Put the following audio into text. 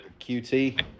QT